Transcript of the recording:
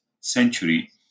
century